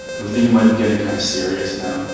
we think it might be getting kind of serious now